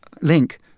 link